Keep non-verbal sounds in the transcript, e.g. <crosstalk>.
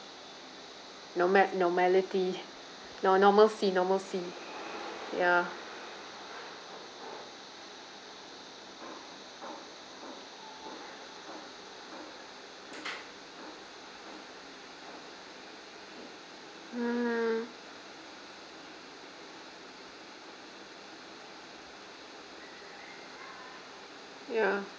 norma~ normality <laughs> no~ normalcy normalcy ya hmm ya